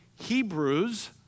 Hebrews